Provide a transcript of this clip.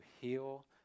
heal